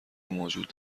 موجود